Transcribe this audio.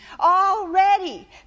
Already